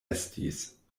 estis